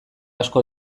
asko